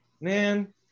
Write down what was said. man